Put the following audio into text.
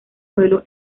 pueblo